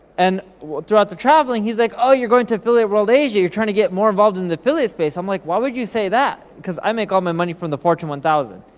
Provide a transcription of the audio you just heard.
and throughout the traveling, he's like, oh you're going to affiliate world asia, you're tryin' to get more involved in the affiliate space? i'm like, why would you say that, cause i make all my money from the fortune one thousand?